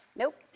nope.